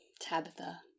Tabitha